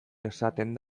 esaten